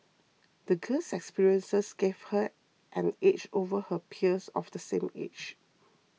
the girl's experiences gave her an edge over her peers of the same age